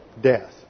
death